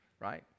right